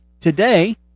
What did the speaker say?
today